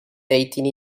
dating